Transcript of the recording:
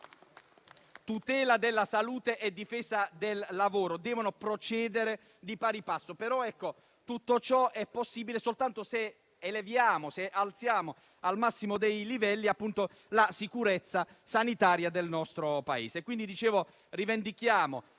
Tutela della salute e difesa del lavoro devono procedere di pari passo, ma tutto ciò è possibile soltanto se eleviamo al massimo dei livelli la sicurezza sanitaria del nostro Paese. Quindi, oggi rivendichiamo